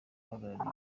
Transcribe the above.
uhagarariye